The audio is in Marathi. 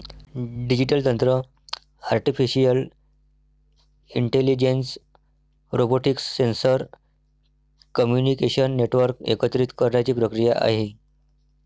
डिजिटल तंत्र artificial intelligence, robotics, sensor, communication network एकत्रित करण्याची प्रक्रिया आहे